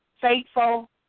faithful